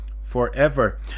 forever